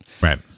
Right